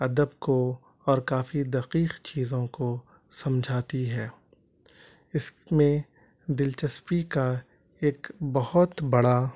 ادب کو اور کافی دقیق چیزوں کو سمجھاتی ہے اس میں دلچسپی کا ایک بہت بڑا